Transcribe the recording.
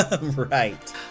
Right